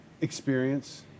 experience